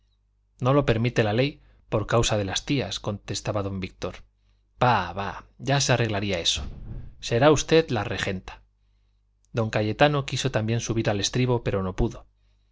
no lo permite la ley por causa de las tías contestaba don víctor bah bah ya se arreglaría eso será usted la regenta don cayetano quiso también subir al estribo pero no pudo